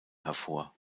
hervor